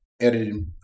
editing